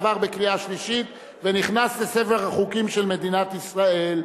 עבר בקריאה שלישית ונכנס לספר החוקים של מדינת ישראל.